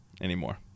anymore